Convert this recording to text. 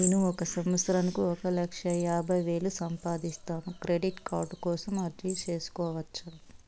నేను ఒక సంవత్సరానికి ఒక లక్ష యాభై వేలు సంపాదిస్తాను, క్రెడిట్ కార్డు కోసం అర్జీ సేసుకోవచ్చా?